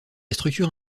structure